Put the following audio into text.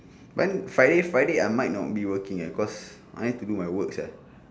when friday friday I might not be working leh because I need to do my work sia